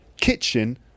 kitchen